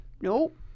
nope